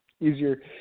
easier